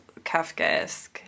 Kafkaesque